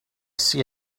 see